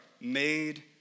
made